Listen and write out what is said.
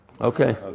Okay